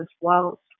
Whilst